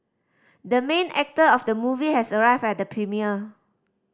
the main actor of the movie has arrived at the premiere